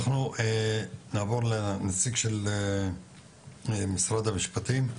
אנחנו נעבור לנציג של משרד המשפטים.